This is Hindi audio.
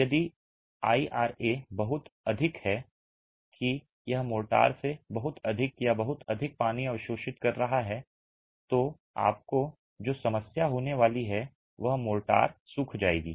यदि इरा बहुत अधिक है कि यह मोर्टार से बहुत अधिक या बहुत अधिक पानी अवशोषित कर रहा है तो आपको जो समस्या होने वाली है वह मोर्टार सूख जाएगी